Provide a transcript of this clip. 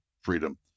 freedom